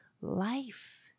Life